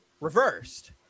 reversed